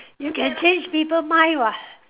you can change people mind [what]